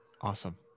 Awesome